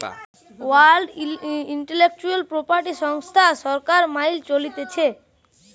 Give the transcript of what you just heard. world intellectual property সংস্থা সরকার মাইল চলতিছে